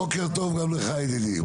בוקר טוב גם לך, ידידי.